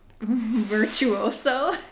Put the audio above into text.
Virtuoso